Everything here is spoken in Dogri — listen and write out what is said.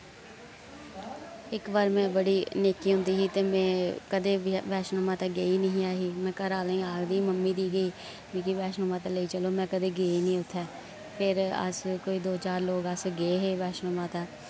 इक बार मैं बड़ी निक्की होंदी ही ते मैं कदं बी वैश्णो माता गेई निं ही ऐ ही मैं घरे आह्लें आखदी ही मम्मी दी कि मिकी वैश्णो माता लेई चलो मैं कदे गेई निं उत्थै फिर अस कोई दो चार लोक अस गे हे वैश्णो माता